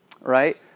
right